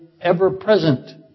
ever-present